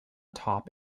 top